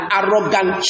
arrogant